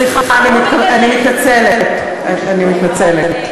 סליחה, אני מתנצלת, אני מתנצלת.